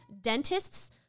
dentists